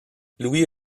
louis